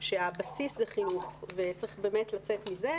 שהבסיס זה חינוך וצריך באמת לצאת עם זה.